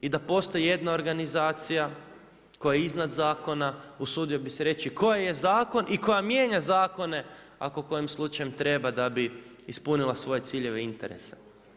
I da postoji jedna organizacija koja je iznad zakona usudio bi se reći koja je zakon i koja mijenja zakone ako kojem slučajem treba da bi ispunila svoje ciljeve i interese.